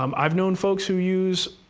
um i've known folks who use,